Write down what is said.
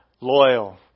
loyal